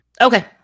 Okay